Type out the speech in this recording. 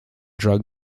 drug